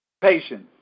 Patience